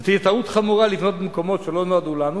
וזו תהיה טעות חמורה לבנות במקומות שלא נועדו לנו,